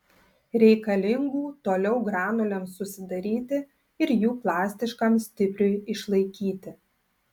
reikalingų toliau granulėms susidaryti ir jų plastiškam stipriui išlaikyti